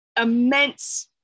immense